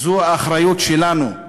זו האחריות שלנו,